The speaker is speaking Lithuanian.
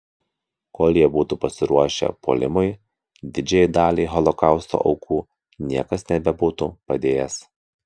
kol jie būtų pasiruošę puolimui didžiajai daliai holokausto aukų niekas nebebūtų padėjęs